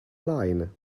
line